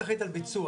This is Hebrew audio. אז באיזה עזות מצח,